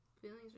feelings